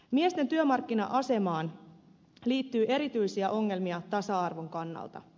miesten työmarkkina asemaan liittyy erityisiä ongelmia tasa arvon kannalta